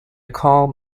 calm